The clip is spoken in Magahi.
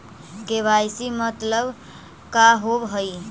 के.वाई.सी मतलब का होव हइ?